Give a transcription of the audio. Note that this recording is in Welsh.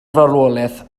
farwolaeth